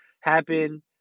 happen